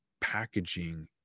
packaging